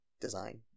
design